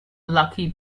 lucky